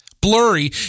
blurry